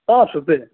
ساٹھ روپے